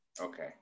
Okay